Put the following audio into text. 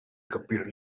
computer